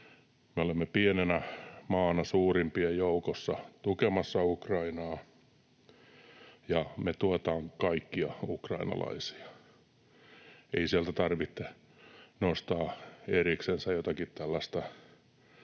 Me olemme pienenä maana suurimpien joukossa tukemassa Ukrainaa, ja me tuetaan kaikkia ukrainalaisia. Ei sieltä tarvitse nostaa eriksensä jotakin tällaista